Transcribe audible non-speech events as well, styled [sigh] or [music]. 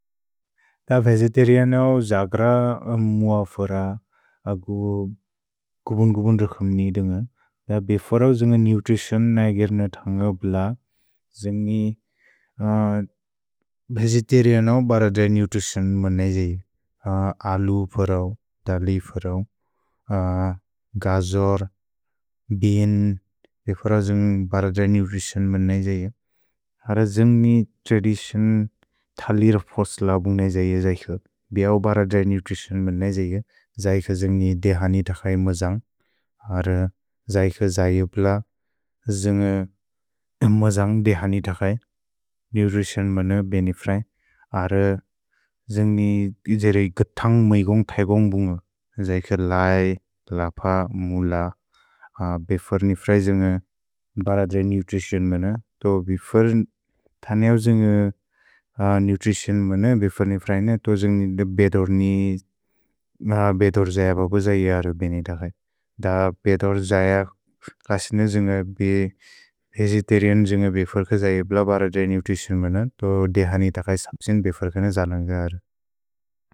त् भेजेतेरिनौ ज्क्र मुअ फुर अगु [hesitation] गुबुन् गुबुन् रुखम्नि इदुन्ग, त् बेफोर्उ जुन्ग नुत्रितिओन् न्इगेर् न थन्ग ब्ल्। जुन्गि भेजेतेरिनौ ब्र्र द्र्इ नुत्रितिओन् मन् न्इ [hesitation] ज्, लु फुर्उ, दल् फुर्उ, आन् [hesitation] ग्ज्र्, बिएन्, बेफोर्उ जुन्ग ब्र्र। द्र्इ नुत्रितिओन् मन् न्इ [hesitation] ज्, लु फुर्उ, दल् फुर्उ, ग्ज्र्, बिएन्, बेफोर्उ जुन्ग। नुत्रितिओन् मन् न्इ [hesitation] ज्, लु फुर्उ, दल् फुर्उ, ग्ज्र्, बिएन्, बेफोर्उ जुन्ग नुत्रितिओन् मन् न्इ। द बेत्तोर् ज्य कग्नि सये वेगेतेरैन् त फिर् कुअक्स्न्ग ल।